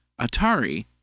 Atari